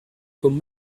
con